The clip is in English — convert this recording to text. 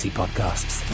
podcasts